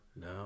No